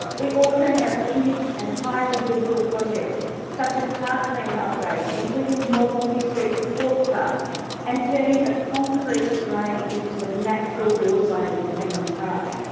we also have huge and highly visible projects such as parkland upgrades including the moggill district sports park and turning a concrete drain into a natural waterway in hanlon park.